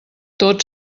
tot